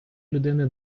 людини